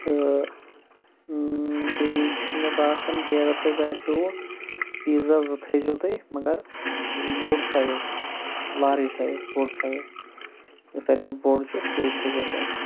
تہٕ بیٚیہِ چھُ مےٚ باسان بیٚیہِ اگر تۄہہِ باسیوُ پیٖزا زٕ تھٔےزیو تُہۍ مگر یِم بوٚڑ سایز لارٕج سایز بوٚڑ سایز یُس ساروی منٛز بوٚڑ چھُ سُے تھٔےزیو تُہۍ